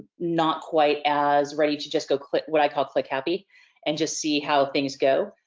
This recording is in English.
not quite as ready to just go click what i call click happy and just see how things go.